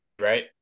right